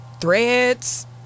Threads